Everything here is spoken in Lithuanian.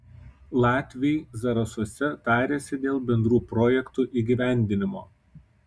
latviai zarasuose tarėsi dėl bendrų projektų įgyvendinimo